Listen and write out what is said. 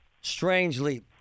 strangely